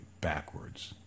backwards